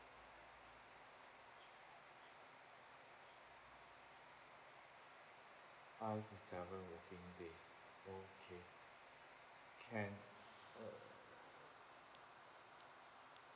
five to seven working days okay can